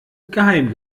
geheim